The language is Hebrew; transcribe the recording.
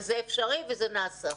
וזה אפשרי וזה נעשה.